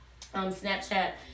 Snapchat